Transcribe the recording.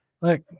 Look